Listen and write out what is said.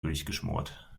durchgeschmort